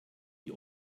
die